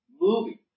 movie